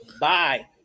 Bye